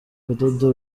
kudoda